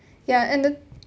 ya and the